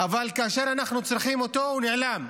אבל כאשר אנחנו צריכים אותו הוא נעלם,